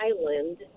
island